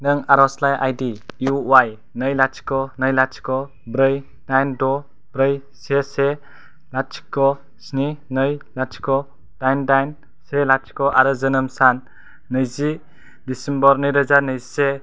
नों आरज'लाइ I D U Y नै लाथिख' नै लाथिख' ब्रै दाइन द' ब्रै से से लाथिख' स्नि नै लाथिख' दाइन दाइन से लाथिख' आरो जोनोम सान नैजि दिसेम्बर नै रोजा नैजिसे